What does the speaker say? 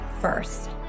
first